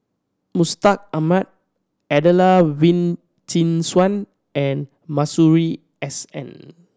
Mustaq Ahmad Adelene Wee Chin Suan and Masuri S N